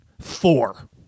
four